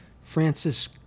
Francis